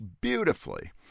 beautifully